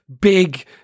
big